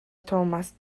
tomas